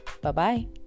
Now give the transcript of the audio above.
Bye-bye